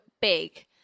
big